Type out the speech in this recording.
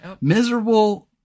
Miserable